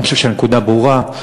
אני חושב שהנקודה ברורה.